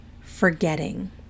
forgetting